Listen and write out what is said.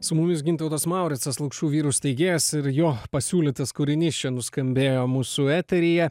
su mumis gintautas mauricas lukšų vyrų steigėjas ir jo pasiūlytas kūrinys čia nuskambėjo mūsų eteryje